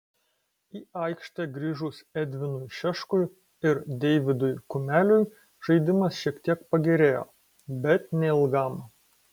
į aikštę grįžus edvinui šeškui ir deividui kumeliui žaidimas šiek tiek pagerėjo bet neilgam